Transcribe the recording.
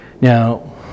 Now